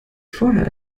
vorher